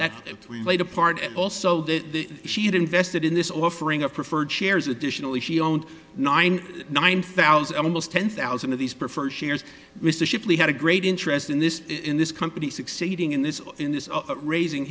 that we played a part also that she had invested in this offering of preferred shares additionally she owned nine nine thousand almost ten thousand of these preferred shares mr shipley had a great interest in this in this company succeeding in this in this raising